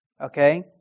okay